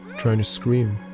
trying to scream.